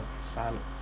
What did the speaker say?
silence